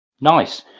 Nice